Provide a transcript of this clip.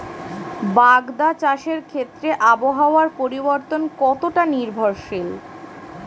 বাগদা চাষের ক্ষেত্রে আবহাওয়ার পরিবর্তন কতটা নির্ভরশীল?